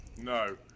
No